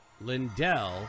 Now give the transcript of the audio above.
Lindell